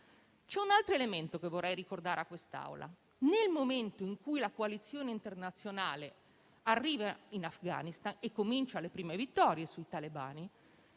C'è un altro elemento che vorrei ricordare a quest'Aula. Nel momento in cui la coalizione internazionale arriva in Afghanistan e cominciano le prime vittorie sui talebani,